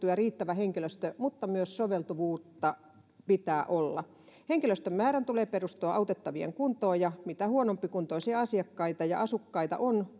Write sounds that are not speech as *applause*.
*unintelligible* ja riittävä henkilöstö mutta myös soveltuvuutta pitää olla henkilöstön määrän tulee perustua autettavien kuntoon ja mitä huonompikuntoisia asiakkaita ja asukkaita on *unintelligible*